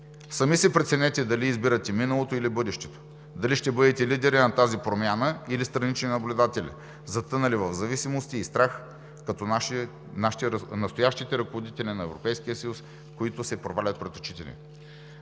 Сами си преценете дали избирате миналото, или бъдещето, дали ще бъдете лидери на тази промяна, или странични наблюдатели, затънали в зависимости и страх като настоящите ръководители на Европейския съюз, които се провалят пред очите ни.